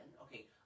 Okay